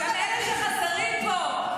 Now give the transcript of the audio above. גם אלה שחסרים פה,